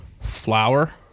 Flour